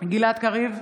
גלעד קריב,